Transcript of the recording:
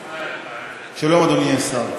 שלום, אדוני השר,